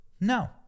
No